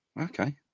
Okay